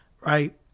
right